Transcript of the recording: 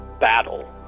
battle